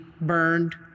burned